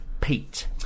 Pete